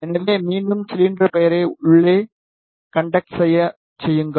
எனவே மீண்டும் சிலிண்டர் பெயரை உள்ளே கண்டக் செய்ய செய்யுங்கள்